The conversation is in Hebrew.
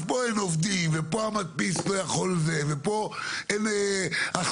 אז פה אין עובדים ופה המדפיס לא יכול ופה אין הכשרות.